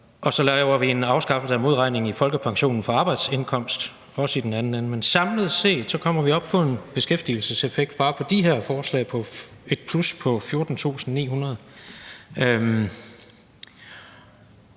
og så laver vi en afskaffelse af modregningen i folkepensionen for arbejdsindkomst, også i den anden ende. Men samlet set kommer vi op på en beskæftigelseseffekt bare på de her forslag på et plus på 14.900.